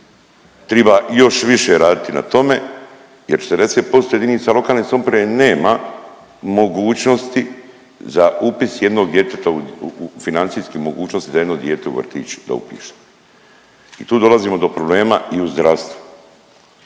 Triba još više raditi na tome jer 40% jedinica lokalne samouprave nema mogućnosti za upis jednog djeteta, financijske mogućnosti da jedno dijete u vrtić da upiše. I tu dolazimo do problema i u zdravstvu.